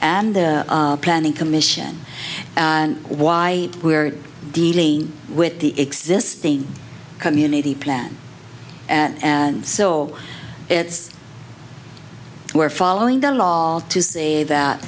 and the planning commission and why we are dealing with the existing community plan and so it's we're following the law all to say that